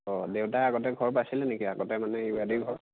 অঁ দেউতাই আগতে ঘৰ পাইছিলে নেকি আগতে মানে ঘৰ